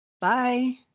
Bye